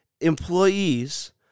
employees